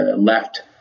left